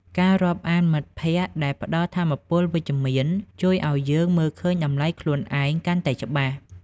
ការរាប់អានមិត្តភក្តិដែលផ្តល់ថាមពលវិជ្ជមាន ជួយឱ្យយើងមើលឃើញតម្លៃខ្លួនឯងកាន់តែច្បាស់។